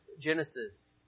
Genesis